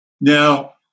Now